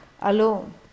alone